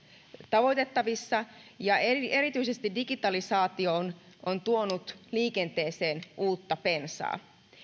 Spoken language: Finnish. tavoitettavissa ja erityisesti digitalisaatio on on tuonut liikenteeseen uutta bensaa